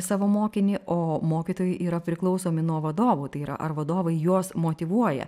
savo mokinį o mokytojai yra priklausomi nuo vadovų tai yra ar vadovai juos motyvuoja